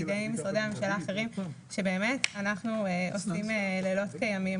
נציגי משרדי הממשלה האחרים שבאמת אנחנו עושים לילות כימים